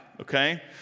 Okay